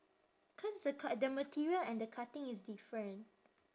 cause the cut the material and the cutting is different